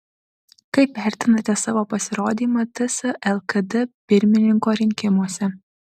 kaip vertinate savo pasirodymą ts lkd pirmininko rinkimuose